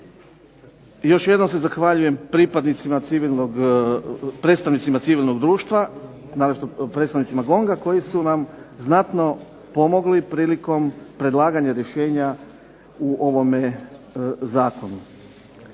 Još jednom se zahvaljujem predstavnicima civilnog društva, naročito predstavnicima GONG-a koji su nam znatno pomogli prilikom predlaganja rješenja u ovome zakonu.